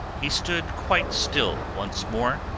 he stood quite, still once more,